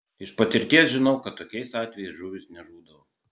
iš patirties žinau kad tokiais atvejais žuvys nežūdavo